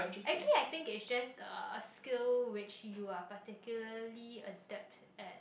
actually I think it's just a skill which you are particularly adapt at